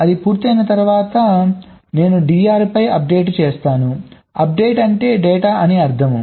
అది పూర్తయిన తర్వాత నేను DR పై అప్డేట్ చేస్తాను అప్డేట్ అంటే డేటా అని అర్థం